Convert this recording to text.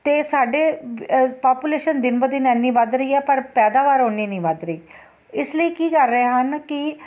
ਅਤੇ ਸਾਡੇ ਬ ਪਾਪੂਲੇਸ਼ਨ ਦਿਨ ਬ ਦਿਨ ਇੰਨੀ ਵੱਧ ਰਹੀ ਹੈ ਪਰ ਪੈਦਾਵਾਰ ਉੰਨੀ ਨਹੀਂ ਵੱਧ ਰਹੀ ਇਸ ਲਈ ਕੀ ਕਰ ਰਹੇ ਹਨ ਕਿ